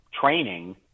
training